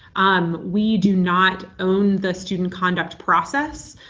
um we do not own the student conduct process.